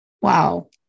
wow